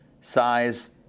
size